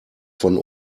von